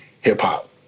hip-hop